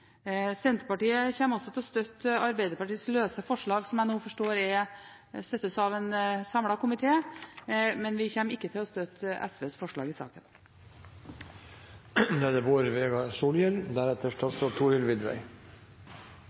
Senterpartiet kommer også til å støtte Arbeiderpartiets løse forslag, som jeg nå forstår støttes av en samlet komité, men vi kommer ikke til å støtte SVs forslag i saken. Eg er DAB-brukar, og eg kjenner historia i denne saka godt, for å seie det